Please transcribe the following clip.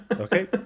okay